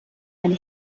eine